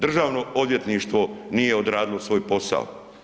Državno odvjetništvo nije odradilo svoj posao.